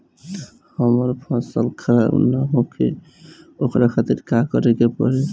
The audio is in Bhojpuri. हमर फसल खराब न होखे ओकरा खातिर का करे के परी?